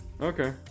okay